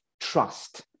trust